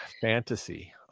fantasy